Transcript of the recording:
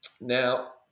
Now